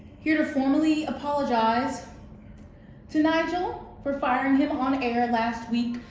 here to formally apologize to nigel for firing him on air last week.